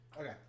Okay